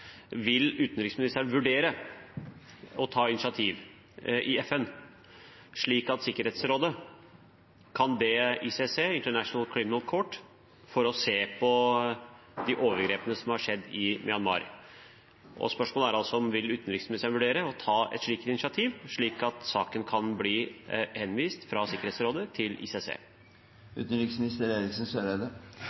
Vil utenriksministeren vurdere å ta initiativ i FN slik at Sikkerhetsrådet kan be ICC, International Criminal Court, om å se på de overgrepene som har skjedd i Myanmar? Spørsmålet er altså om utenriksministeren vil vurdere å ta et slikt initiativ, slik at saken kan bli henvist fra Sikkerhetsrådet til